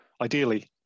ideally